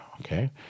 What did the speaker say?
okay